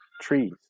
trees